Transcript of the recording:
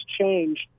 changed